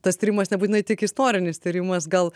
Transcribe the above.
tas tyrimas nebūtinai tik istorinis tyrimas gal